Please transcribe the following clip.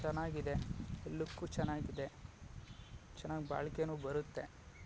ಚೆನ್ನಾಗಿದೆ ಲುಕ್ಕೂ ಚೆನ್ನಾಗಿದೆ ಚೆನ್ನಾಗಿ ಬಾಳಿಕೆಯೂ ಬರುತ್ತೆ